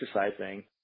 exercising